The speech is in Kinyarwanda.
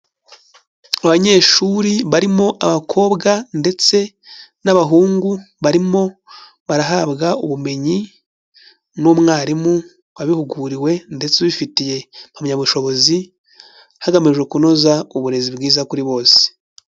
Abanyeshuri barimo abakobwa ndetse n'abahungu, barimo barahabwa ubumenyi n'umwarimu wabihuguriwe ndetse ubifitiye impamyabushobozi hagamijwe kunoza uburezi bwiza kuri bose.